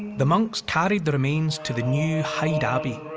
the monks carried the remains to the new hyde abbey.